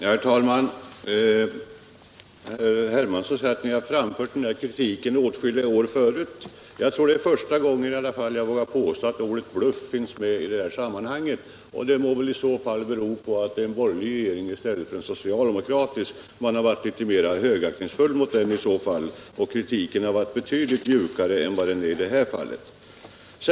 Herr talman! Herr Hermansson säger att ni har framfört den här kritiken åtskilliga år förut, men jag vågar i alla fall påstå att det är första gången som ordet bluff finns med i det här sammanhanget. Det må i så fall bero på att det är en borgerlig regering nu i stället för en socialdemokratisk - som man väl har varit mera högaktningsfull mot i så fall, och kritiken har också varit betydligt mjukare då än vad den är i det här fallet.